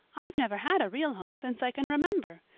i've never had a real home since i can remember.